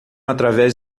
através